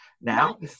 now